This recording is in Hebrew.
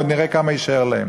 עוד נראה כמה יישאר להם.